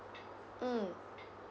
mm